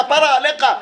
כפרה עליך,